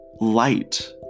light